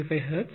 0235 hertz